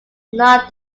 not